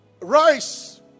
Rise